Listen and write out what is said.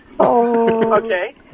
Okay